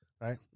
right